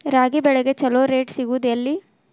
ರಾಗಿ ಬೆಳೆಗೆ ಛಲೋ ರೇಟ್ ಸಿಗುದ ಎಲ್ಲಿ?